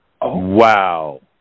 Wow